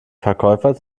verkäufer